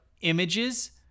images